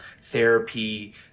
Therapy